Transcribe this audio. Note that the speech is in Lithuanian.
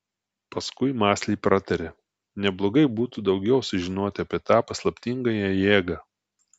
paskui mąsliai pratarė neblogai būtų daugiau sužinoti apie tą paslaptingąją jėgą